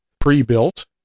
pre-built